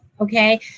Okay